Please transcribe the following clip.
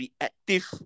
reactive